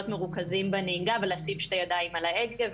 מרוכזים בנהיגה ולשים שתי ידיים על ההגה,